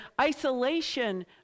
isolation